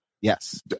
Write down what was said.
Yes